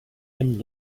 them